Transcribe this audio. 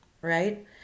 right